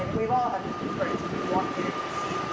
and we've all had this experience, and you walk in and you see,